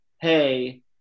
hey